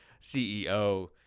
CEO